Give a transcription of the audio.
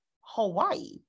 Hawaii